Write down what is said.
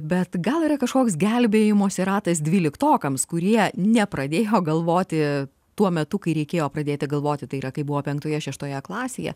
bet gal yra kažkoks gelbėjimosi ratas dvyliktokams kurie nepradėjo galvoti tuo metu kai reikėjo pradėti galvoti tai yra kai buvo penktoje šeštoje klasėje